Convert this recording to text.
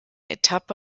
etappe